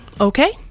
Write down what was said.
Okay